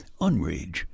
unrage